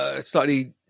slightly